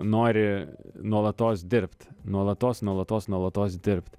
nori nuolatos dirbt nuolatos nuolatos nuolatos dirbt